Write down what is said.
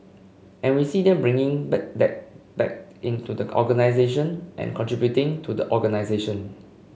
and we see them bringing that back into the organisation and contributing to the organisation